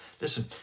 Listen